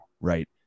Right